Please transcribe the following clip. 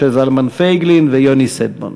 משה זלמן פייגלין ויוני שטבון.